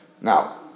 Now